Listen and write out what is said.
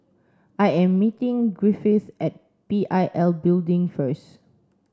I am meeting Griffith at P I L Building first